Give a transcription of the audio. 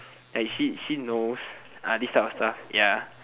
like she she knows this kind of stuff